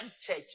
church